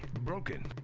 broken.